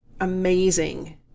amazing